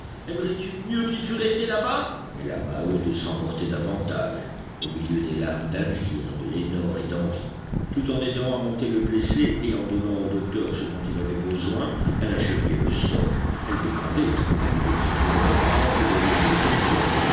aimerais-tu mieux qu'il fût resté là-bas mais la maheude s'emportait davantage au milieu des larmes d'alzire de lénore et d'henri tout en aidant à monter le blessé et en donnant au docteur ce dont il avait besoin elle injuriait le sort elle demandait où l'on voulait qu'elle trouvât de l'argent pour nourrir des infirmes